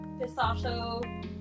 pistachio